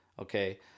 okay